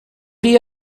chi